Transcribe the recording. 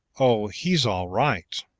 oh, he's all right.